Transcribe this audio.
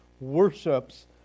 worships